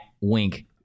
Wink